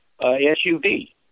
SUV